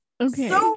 Okay